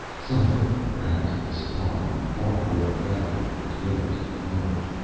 something, perhaps, that sipar knew far more about than it was willing to divulge.